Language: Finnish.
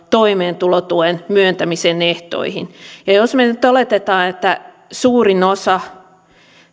toimeentulotuen myöntämisen ehtoihin ja jos me nyt oletamme että suurin osa